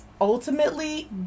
ultimately